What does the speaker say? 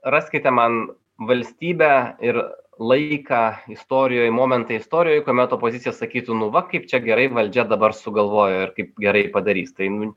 raskite man valstybę ir laiką istorijoj momentą istorijoj kuomet opozicija sakytų nu va kaip čia gerai valdžia dabar sugalvojo ir kaip gerai padarys tai nu